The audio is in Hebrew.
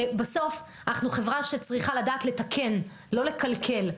בסוף אנחנו חברה שצריכה לדעת לתקן, לא לקלקל.